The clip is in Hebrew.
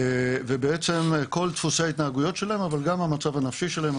בעצם כל דפוסי ההתנהגויות שלהם אבל גם המצב הנפשי שלהם,